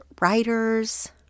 writers